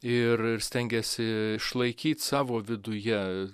ir stengėsi išlaikyt savo viduje